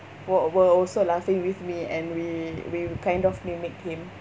were were also laughing with me and we we kind of mimic him